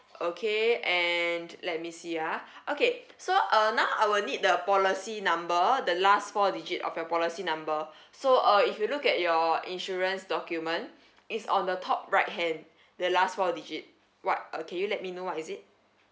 okay and let me see ah okay so uh now I will need the policy number the last four digit of your policy number so uh if you look at your insurance document it's on the top right hand the last four digit what uh can you let me know what is it